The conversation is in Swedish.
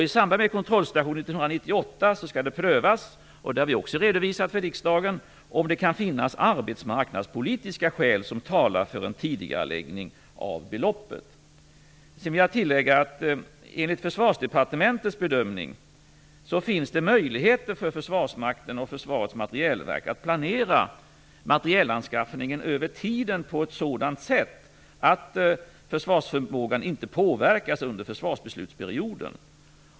I samband med kontrollstationen 1998 skall det också prövas, det har vi också redovisat för riksdagen, om det kan finnas arbetsmarknadspolitiska skäl som talar för en tidigareläggning av beloppet. Sedan vill jag tillägga att det, enligt Försvarsdepartementets bedömning, finns möjligheter för Försvarsmakten och för Försvarets materielverk att planera materielanskaffningen över tiden på ett sådant sätt att försvarsförmågan inte påverkas under försvarsbeslutsperioden.